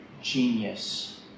genius